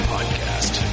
Podcast